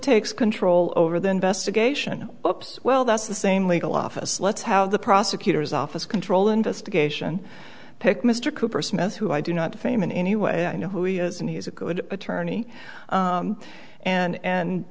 takes control over the investigation well that's the same legal office let's have the prosecutor's office control investigation pick mr cooper smith who i do not fame in any way i know who he is and he's a good attorney and